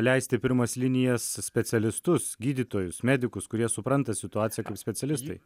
leist į pirmas linijas specialistus gydytojus medikus kurie supranta situaciją kaip specialistai